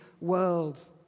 world